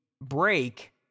break